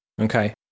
Okay